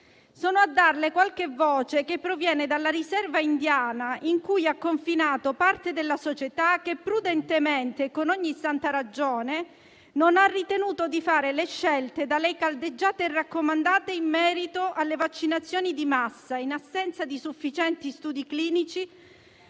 sono a portarle qualche voce che proviene dalla riserva indiana in cui ha confinato parte della società che prudentemente e con ogni santa ragione non ha ritenuto di fare le scelte da lei caldeggiate e raccomandate in merito alle vaccinazioni di massa, in assenza di sufficienti studi clinici